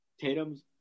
Tatum's